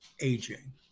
aging